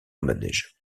manège